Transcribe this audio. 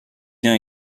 bien